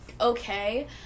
okay